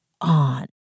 on